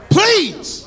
Please